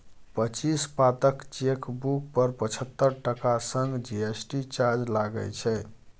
पच्चीस पातक चेकबुक पर पचहत्तर टका संग जी.एस.टी चार्ज लागय छै